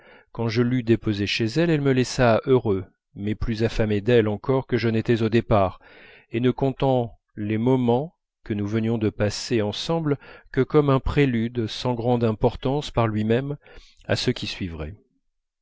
quand je l'eus déposée chez elle elle me laissa heureux mais plus affamé d'elle encore que je n'étais au départ et ne comptant les moments que nous venions de passer ensemble que comme un prélude sans grande importance par lui-même à ceux qui suivraient